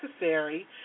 necessary